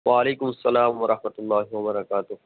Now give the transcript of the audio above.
وعلیکم السلام ورحمۃ اللہ وبرکاتہ